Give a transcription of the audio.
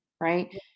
right